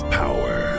power